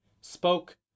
spoke